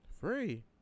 Free